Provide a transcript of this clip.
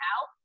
out